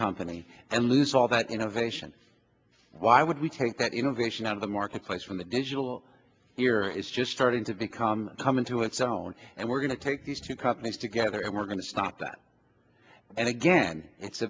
company and lose all that innovation why would we take that innovation out of the marketplace from a digital era is just starting to become come into its own and we're going to take these two companies together and we're going to stop that and again it's